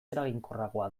eraginkorragoa